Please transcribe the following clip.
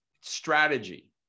strategy